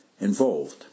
involved